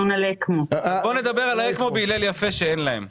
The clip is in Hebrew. אקמו בהילל יפה שאין להם.